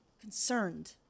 concerned